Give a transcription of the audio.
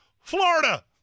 florida